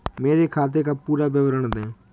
मेरे खाते का पुरा विवरण दे?